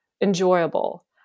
enjoyable